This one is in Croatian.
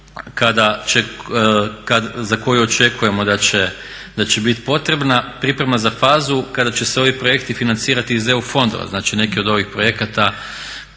za koju očekujemo da će biti potrebna priprema za fazu kada će se ovi projekti financirati iz EU fondova, znači neki od ovih projekata